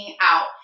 out